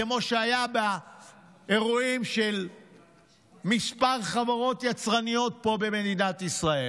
כמו שהיה באירועים של כמה חברות יצרניות פה במדינת ישראל.